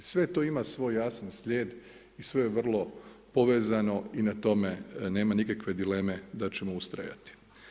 Sve to ima svoj jasan slijed i sve je vrlo povezano i na tome nema nikakve dileme da ćemo ustrajati.